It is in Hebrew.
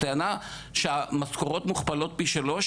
הטענה שהמשכורת מוכפלות פי שלוש,